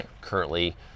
Currently